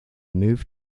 moved